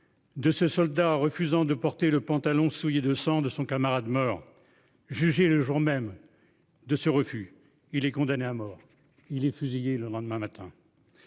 De ce soldats refusant de porter le pantalon souillé de sang de son camarade. Jugé le jour même de ce refus, il est condamné à mort il est fusillé le lendemain matin.